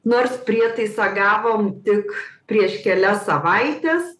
nors prietaisą gavom tik prieš kelias savaites